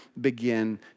begin